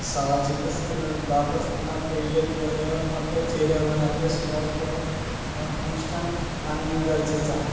साहजिकच गात असताना पहिले तर आपल्या चेहऱ्यावर आपल्या इंस्टंट आणणे गरजेचं आहे